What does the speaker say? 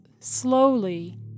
slowly